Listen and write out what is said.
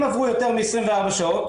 אם עברו יותר מ-24 שעות